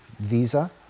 visa